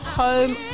home